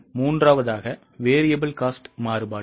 மூன்றாவதாக variable cost மாறுபாடுகள்